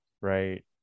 right